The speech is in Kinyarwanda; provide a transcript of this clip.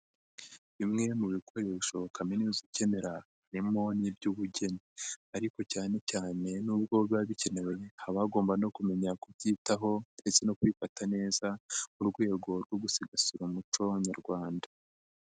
Bimwe mu bikoresho bishoboka kaminuza ikenera, harimo n'iby'ubugeni ariko cyane cyane n'ubwo biba bikenewe, haba hagomba no kumenya kubyitaho ndetse no kubifata neza, mu rwego rwo gusigasira umuco w'Abanyarwanda.